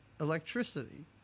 electricity